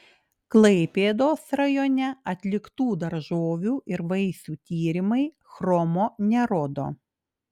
klaipėdos rajone atliktų daržovių ir vaisių tyrimai chromo nerodo